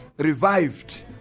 revived